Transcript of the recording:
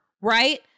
right